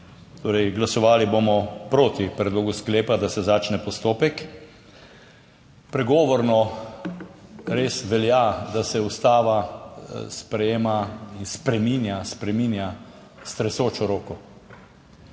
torej glasovali bomo proti predlogu sklepa, da se začne postopek. Pregovorno res velja, da se Ustava sprejema in spreminja s tresočo roko.